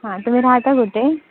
हां तुम्ही राहता कुठे